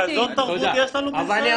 כזאת תרבות יש לנו בישראל?